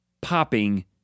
popping